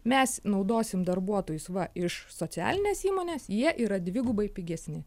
mes naudosim darbuotojus va iš socialinės įmonės jie yra dvigubai pigesni